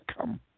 come